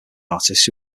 artist